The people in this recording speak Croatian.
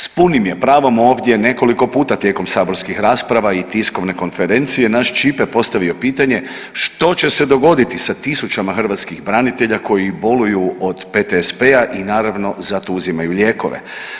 S punim je pravom ovdje nekoliko puta tijekom saborskih rasprava i tiskovne konferencije naš Ćipe postavio pitanje što će se dogoditi sa tisućama hrvatskih branitelja koji boluju od PTSP-a i naravno, za to uzimaju lijekove.